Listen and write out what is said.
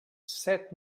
set